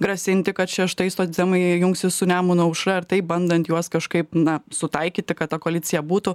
grasinti kad čia štai socdemai jungsis su nemuno aušra ir taip bandant juos kažkaip na sutaikyti kad ta koalicija būtų